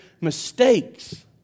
mistakes